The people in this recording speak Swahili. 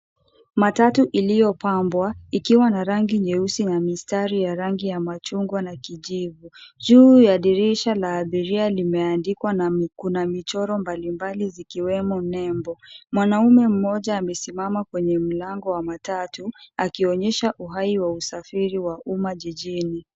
Matatu iliyopambwa, ikiwa na rangi nyeusi na mistari ya rangi ya machungwa na kijivu. Juu ya dirisha la abiria limeandikwa na kuna michoro mbalimbali zikiwemo nembo. Mwanaume mmoja amesimama kwenye mlango wa matatu, akionyesha uhai wa usafiri wa umma jijini.